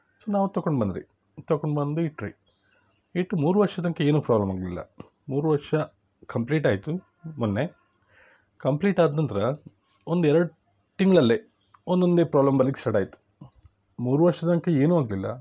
so ನಾವು ತೊಕೊಂಡು ಬಂದಿರಿ ತೊಕೊಂಡು ಬಂದು ಇಟ್ಟಿರಿ ಇಟ್ಟು ಮೂರು ವರ್ಷ ತನಕ ಏನೂ ಪ್ರಾಬ್ಲಮ್ ಆಗಲಿಲ್ಲ ಮೂರು ವರ್ಷ ಕಂಪ್ಲೀಟ್ ಆಯಿತು ಮೊನ್ನೆ ಕಂಪ್ಲೀಟ್ ಆದ ನಂತರ ಒಂದೆರಡು ತಿಂಗಳಲ್ಲೇ ಒಂದೊಂದೇ ಪ್ರಾಬ್ಲಮ್ ಬರ್ಲಿಕ್ಕೆ ಸ್ಟಾರ್ಟ್ ಆಯಿತು ಮೂರು ವರ್ಷದ ತನಕ ಏನೂ ಆಗಲಿಲ್ಲ